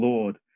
Lord